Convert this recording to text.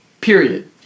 period